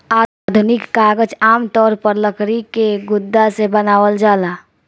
आधुनिक कागज आमतौर पर लकड़ी के गुदा से बनावल जाला